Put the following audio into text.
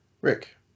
Rick